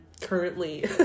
currently